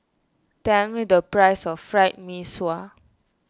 tell me the price of Fried Mee Sua